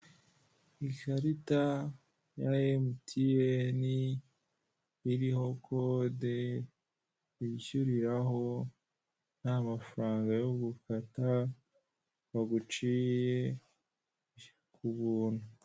Ikarita ya MTN iriho kode wishyuriraho nta mafaranga yogukata baciye ku buntu.